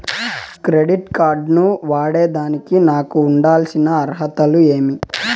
Credit card ను వాడేదానికి నాకు ఉండాల్సిన అర్హతలు ఏమి?